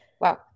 wow